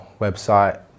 website